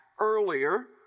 Earlier